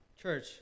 Church